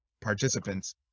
participants